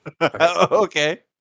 Okay